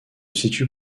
situe